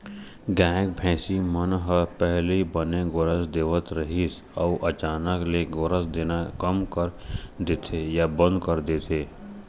गाय, भइसी मन ह पहिली बने गोरस देवत रहिथे अउ अचानक ले गोरस देना कम कर देथे या बंद कर देथे